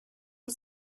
you